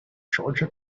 georgia